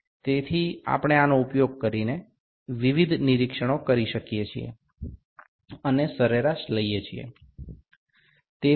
তো আমরা এটি ব্যবহার করে একাধিক বার পর্যবেক্ষণ করতে পারি এবং গড় নিতে পারি